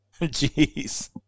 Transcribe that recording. Jeez